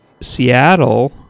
seattle